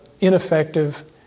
ineffective